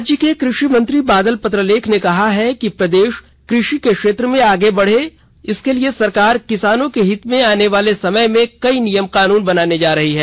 राज्य के कृषि मंत्री बादल पत्रलेख ने कहा है कि प्रदेश कृषि के क्षेत्र में आगे बढे इसके लिए सरकार किसानों के हित में आने वाले समय में कई नियम कानून बनाने जा रही है